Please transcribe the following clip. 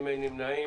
מי נמנע?